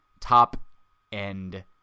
top-end